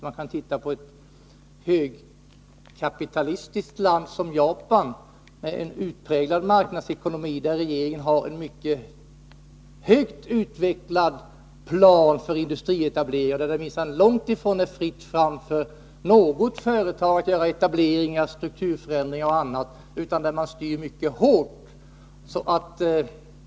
Man kan titta på ett sådant i hög grad kapitalistiskt land som Japan med dess utpräglade marknadsekonomi. Regeringen i Japan har en mycket väl utvecklad plan för industrietableringar. Det är minsann långt ifrån fritt fram för något företag att etablera sig, genomföra strukturförändringar eller annat, utan det sker en mycket hård styrning.